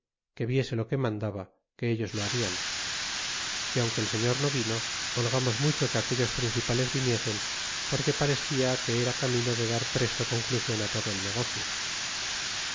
que viese lo que mandaba que e ellos lo harian y aunque el señor no vino holgamos mucho e que a indios principales viniesen porque pareada que era cae mino de dar presto conclusion todo el negocio